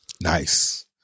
Nice